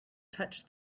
touched